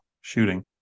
shooting